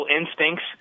instincts